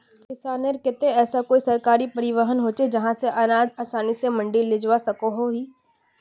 किसानेर केते ऐसा कोई सरकारी परिवहन होचे जहा से अनाज आसानी से मंडी लेजवा सकोहो ही?